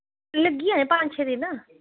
लग्गी जाने न पंज छे दिन